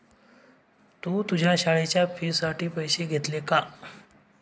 तू तुझ्या शाळेच्या फी साठी पैसे घेतले का?